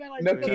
No